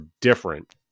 different